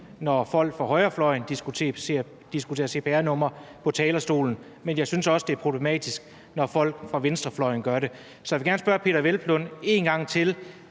når folk fra højrefløjen diskuterer cpr-numre på talerstolen, men jeg synes også, det er problematisk, når folk fra venstrefløjen gør det. Så jeg vil gerne spørge hr. Peder Hvelplund en gang til: